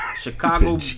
Chicago